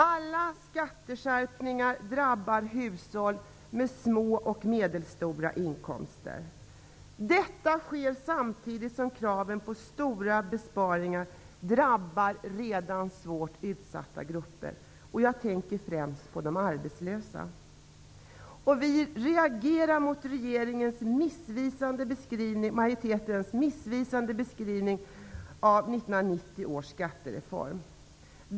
Alla skatteskärpningar drabbar hushåll med små och medelstora inkomster. Detta sker samtidigt som kraven på stora besparingar drabbar redan svårt utsatta grupper. Jag tänker främst på de arbetslösa. Vi reagerar mot majoritetens missvisande beskrivning av 1990 års skattereform.